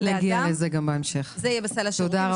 לאדם זה לגבי סל השירותים.